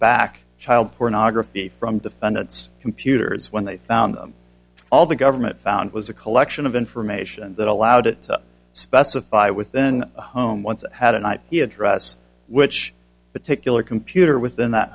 back child pornography from defendants computers when they found them all the government found was a collection of information that allowed it to specify within home once had an ip address which particular computer was then that